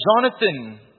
Jonathan